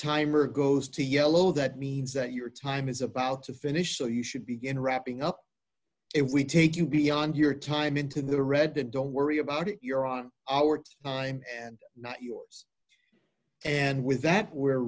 timer goes to yellow that means that your time is about to finish so you should begin wrapping up if we take you beyond your time into the read that don't worry about it you're on our time and not yours and with that we're